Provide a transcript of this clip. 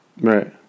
Right